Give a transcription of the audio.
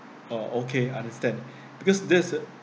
orh okay understand because there is a